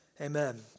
amen